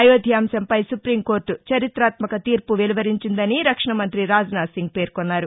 అయోధ్య అంశంపై supreme court చరిత్రాత్మక తీర్పు వెలువరించిందని రక్షణ మంత్రి రాజ్ నాథ్ సింగ్ పేర్కొన్నారు